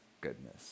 goodness